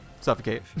suffocate